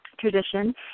tradition